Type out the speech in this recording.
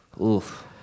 Oof